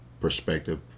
perspective